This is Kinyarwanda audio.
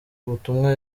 butumwa